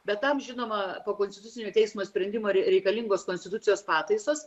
bet tam žinoma po konstitucinio teismo sprendimo reikalingos konstitucijos pataisos